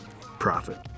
profit